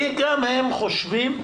כי גם הם חושבים,